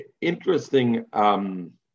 Interesting